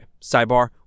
sidebar